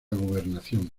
gobernación